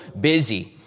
busy